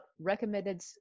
recommended